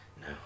No